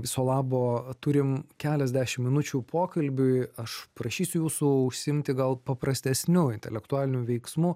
viso labo turim keliasdešim minučių pokalbiui aš prašysiu jūsų užsiimti gal paprastesniu intelektualiniu veiksmu